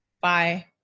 Bye